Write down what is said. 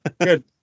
Good